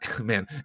Man